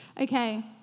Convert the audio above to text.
Okay